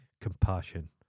compassion